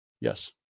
Yes